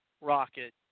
rocket